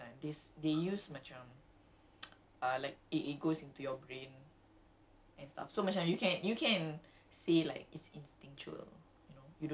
it's not like so I thought that was quite smart macam the later on the animes kan they they used macam uh like it it goes into your brain